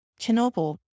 Chernobyl